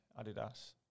adidas